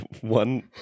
one